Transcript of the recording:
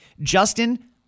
Justin